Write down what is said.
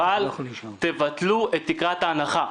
אבל תבטלו את תקרת ההנחה.